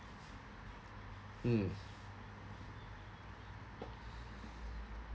mm